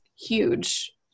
huge